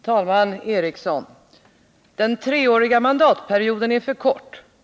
Herr talman! ”Den treåriga mandatperioden är för kort.